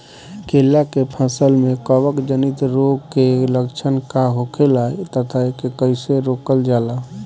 केला के फसल में कवक जनित रोग के लक्षण का होखेला तथा एके कइसे रोकल जाला?